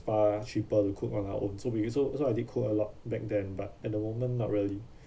uh cheaper to cook on our own so we also so I did cook a lot back then but at the moment not really